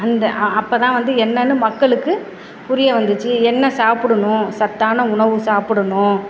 அந்த அப்போதான் வந்து என்னென்னு மக்களுக்கு புரிய வந்துச்சு என்ன சாப்பிடணும் சத்தான உணவு சாப்பிடணும்